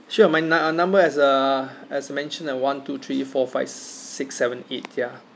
sure my num~ uh number as uh as mentioned uh one two three four five six seven eight ya